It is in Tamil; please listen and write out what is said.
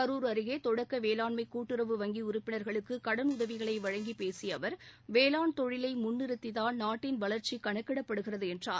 கருர் அருகே தொடக்க வேளாண்மை கூட்டுறவு வங்கி உறுப்பினர்களுக்கு கடலுதவிகளை வழங்கிப் பேசிய அவர் வேளான் தொழிலை முன்நிறுத்திதான் நாட்டின் வளர்ச்சி கணக்கிடப்படுகிறது என்றார்